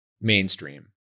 mainstream